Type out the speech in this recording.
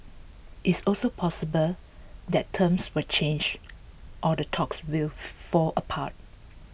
it's also possible that terms will change or the talks will fall apart